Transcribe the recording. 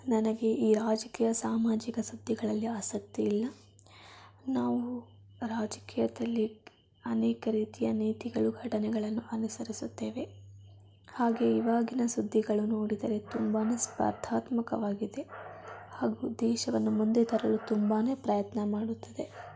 ನನಗೆ ಈ ರಾಜಕೀಯ ಸಾಮಾಜಿಕ ಸುದ್ದಿಗಳಲ್ಲಿ ಆಸಕ್ತಿ ಇಲ್ಲ ನಾವು ರಾಜಕೀಯದಲ್ಲಿ ಅನೇಕ ರೀತಿಯ ನೀತಿಗಳು ಘಟನೆಗಳನ್ನು ಅನುಸರಿಸುತ್ತೇವೆ ಹಾಗೇ ಇವಾಗಿನ ಸುದ್ದಿಗಳು ನೋಡಿದರೆ ತುಂಬಾ ಸ್ಪರ್ಧಾತ್ಮಕವಾಗಿದೆ ಹಾಗೂ ದೇಶವನ್ನು ಮುಂದೆ ತರಲು ತುಂಬಾ ಪ್ರಯತ್ನ ಮಾಡುತ್ತದೆ